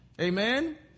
Amen